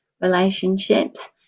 relationships